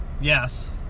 yes